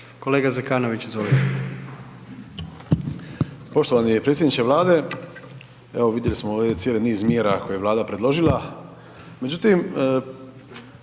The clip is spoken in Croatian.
**Zekanović, Hrvoje (HRAST)** Poštovani predsjedniče Vlade. Evo vidjeli smo ovdje cijeli niz mjera koje je Vlada predložila, međutim